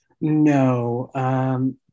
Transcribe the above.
no